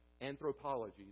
anthropology